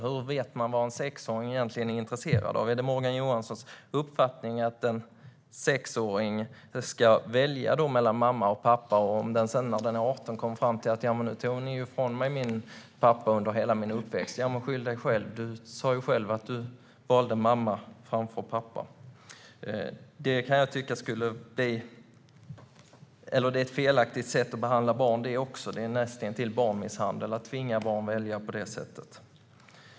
Hur vet man vad en sexåring är intresserad av? Är det Morgan Johanssons uppfattning att en sexåring ska välja mellan mamma och pappa? Tänk om barnet vid 18 säger: Ni tog ifrån mig min pappa under hela min uppväxt. Ska vi då svara: Skyll dig själv! Du valde ju mamma framför pappa. Det är också ett felaktigt sätt att behandla barn. Det är näst intill barnmisshandel att tvinga barn att välja på det sättet.